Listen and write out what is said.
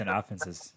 offenses